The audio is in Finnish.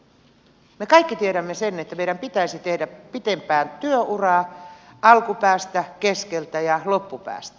me kaikki tiedämme sen että meidän pitäisi tehdä pitempää työuraa alkupäästä keskeltä ja loppupäästä